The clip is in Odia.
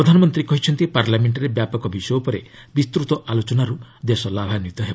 ପ୍ରଧାନମନ୍ତ୍ରୀ କହିଛନ୍ତି ପାର୍ଲାମେଣ୍ଟରେ ବ୍ୟାପକ ବିଷୟ ଉପରେ ବିସ୍ତୃତ ଆଲୋଚନାରୁ ଦେଶ ଲାଭାନ୍ୱିତ ହେବ